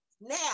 Now